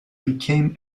became